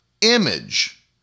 image